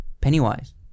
Pennywise